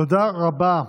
תודה רבה,